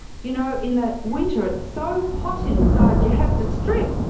you know in that winter, it's so hot inside you have to strip!